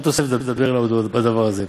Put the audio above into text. אל תוסף דבר אלי עוד בדבר הזה'.